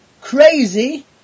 crazy